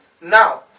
now